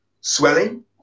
swelling